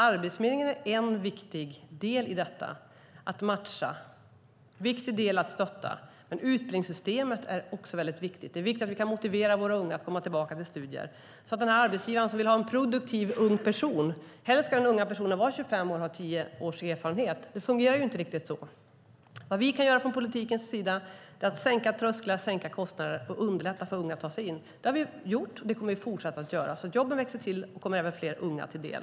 Arbetsförmedlingen är en viktig del i att matcha och stötta, men utbildningssystemet är också viktigt. Det är viktigt att vi kan motivera våra unga att komma tillbaka till studier. Arbetsgivaren vill ha en produktiv ung person. Helst ska den unga personen vara 25 år och ha tio års erfarenhet. Det fungerar ju inte riktigt så. Vad vi kan göra från politikens sida är att sänka trösklar och kostnader och underlätta för unga att ta sig in på arbetsmarknaden. Det har vi gjort, och det kommer vi att fortsätta att göra - så att antalet jobb växer och kommer fler unga till del.